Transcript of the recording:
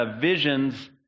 visions